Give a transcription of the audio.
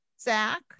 Zach